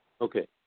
Okay